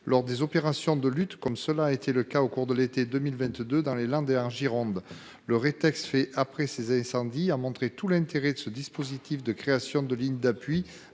lors des opérations de lutte comme cela a été le cas au cours de l'été 2022 dans les Landes et en Gironde. L'heure est texte fait après ces incendies a montré tout l'intérêt de ce dispositif de création de lignes d'appui